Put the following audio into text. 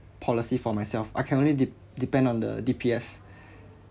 policy for myself I can only dep~ depend on the D_P_S